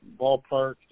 ballpark